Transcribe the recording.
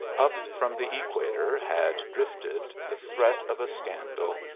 up from the equator had drifted the threat of a scandal,